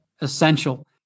essential